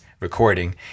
Recording